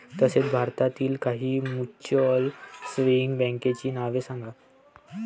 तसेच भारतातील काही म्युच्युअल सेव्हिंग बँकांची नावे सांगा